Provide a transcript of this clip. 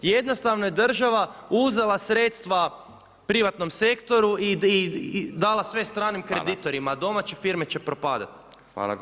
Jednostavno je država uzela sredstva privatnom sektoru i dala sve stranim kreditorima, a domaće firme će propadati.